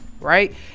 right